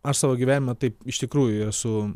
aš savo gyvenimą taip iš tikrųjų esu